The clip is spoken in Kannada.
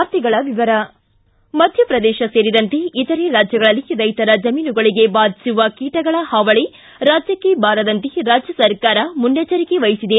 ವಾರ್ತೆಗಳ ವಿವರ ಮಧ್ಯಪ್ರದೇಶ ಸೇರಿದಂತೆ ಇತರೆ ರಾಜ್ಯಗಳಲ್ಲಿ ರೈತರ ಜಮೀನುಗಳಿಗೆ ಬಾಧಿಸಿರುವ ಕೀಟಗಳ ಪಾವಳಿ ರಾಜ್ಯಕ್ಕೆ ಬಾರದಂತೆ ರಾಜ್ಯ ಸರ್ಕಾರ ಮುನ್ನೆಚ್ಚರಿಕೆ ವಹಿಸಿದೆ